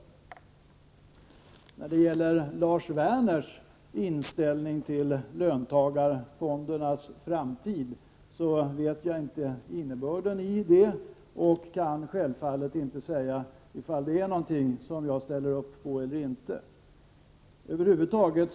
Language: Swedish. Innebörden i Lars Werners inställning till löntagarfondernas framtid känner jag inte till och kan självfallet inte säga om jag ställer mig bakom den eller inte.